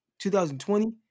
2020